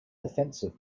defensive